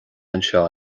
anseo